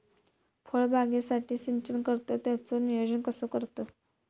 फळबागेसाठी सिंचन करतत त्याचो नियोजन कसो करतत?